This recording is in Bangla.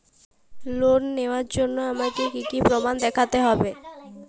লোন নেওয়ার জন্য আমাকে কী কী প্রমাণ দেখতে হবে?